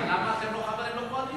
אבל למה אתם לא חברים בקואליציה?